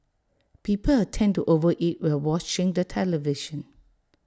people tend to over eat while watching the television